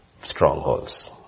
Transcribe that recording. strongholds